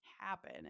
happen